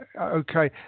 okay